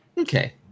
Okay